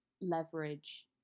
leverage